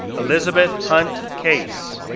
elizabeth hunt case,